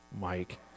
Mike